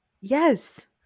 Yes